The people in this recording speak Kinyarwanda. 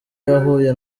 yahuye